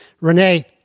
Renee